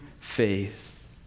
faith